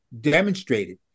demonstrated